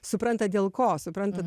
supranta dėl ko supranta